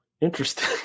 Interesting